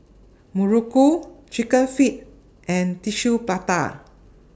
Muruku Chicken Feet and Tissue Prata